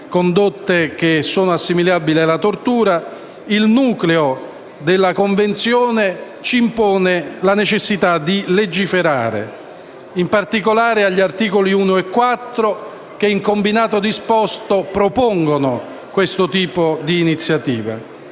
il nucleo della Convenzione ci impone la necessità di legiferare. In particolare, gli articoli 1 e 4, in combinato disposto, propongono questo tipo d'iniziativa.